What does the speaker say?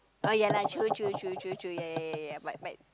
oh ya lah true true true true true ya ya ya but but